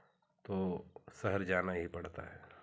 तो शहर जाना ही पड़ता है